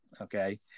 Okay